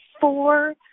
four